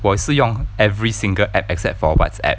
我是用 every single app except for Whatsapp